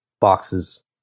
boxes